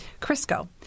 Crisco